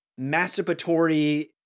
masturbatory